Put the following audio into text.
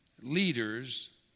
leaders